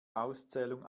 auszählung